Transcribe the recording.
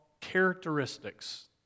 characteristics